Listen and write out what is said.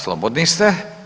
Slobodni ste.